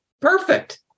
Perfect